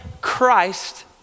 Christ